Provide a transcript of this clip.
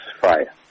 fire